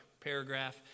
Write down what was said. paragraph